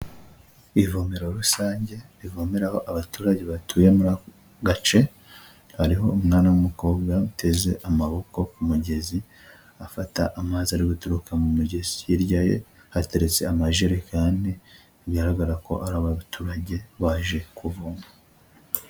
Ivomero rusange rivomeraho abaturage batuye muri ako gace, hariho umwana w'umukobwa uteze amaboko ku mugezi afata amazi ari guturuka mu mugezi. Hirya ye hateretse amajerekani bigaragara ko ari abaturage baje kuvoma.